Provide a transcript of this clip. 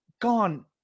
gone